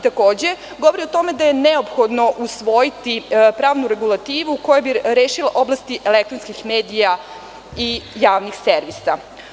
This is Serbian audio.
Takođe govori o tome da je neophodno usvojiti pravnu regulativu koja bi rešila oblast elektronskih medija i javnih servisa.